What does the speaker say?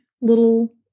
little